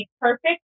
perfect